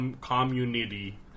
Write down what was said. Community